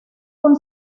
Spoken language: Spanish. con